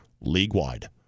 league-wide